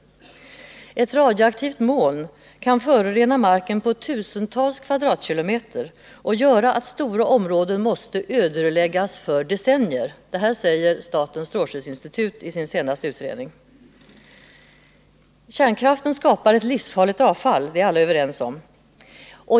Ett radioaktivt moln kan förorena marken på tusentals kvadratkilometer och göra att stora områden måste ödeläggas för decennier. Detta säger statens strålskyddsinstitut i sin senaste utredning. Kärnkraften skapar ett livsfarligt avfall, det är alla överens om.